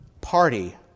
party